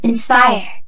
Inspire